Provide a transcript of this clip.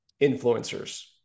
influencers